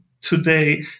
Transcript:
today